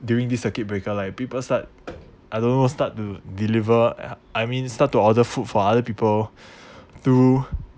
during this circuit breaker like people start I don't know start to deliver I mean start to order food for other people through